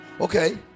Okay